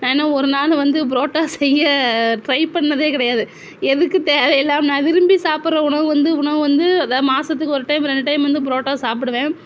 நான் இன்னும் ஒரு நாள் வந்து புரோட்டா செய்ய டிரை பண்ணதே கிடையாது எதுக்கு தேவையில்லாமல் நான் விரும்பி சாப்பிட்ற உணவு வந்து உணவு வந்து மாதத்துக்கு ஒரு டைம் ரெண்டு டைம் வந்து புரோட்டா சாப்பிடுவேன்